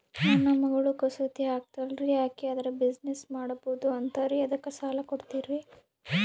ನನ್ನ ಮಗಳು ಕಸೂತಿ ಹಾಕ್ತಾಲ್ರಿ, ಅಕಿ ಅದರ ಬಿಸಿನೆಸ್ ಮಾಡಬಕು ಅಂತರಿ ಅದಕ್ಕ ಸಾಲ ಕೊಡ್ತೀರ್ರಿ?